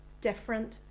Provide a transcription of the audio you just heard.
different